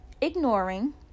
ignoring